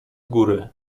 góry